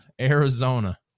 Arizona